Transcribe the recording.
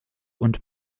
und